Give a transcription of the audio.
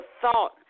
thought